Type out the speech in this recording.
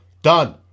Done